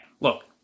look